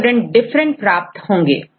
student different प्राप्त होंगे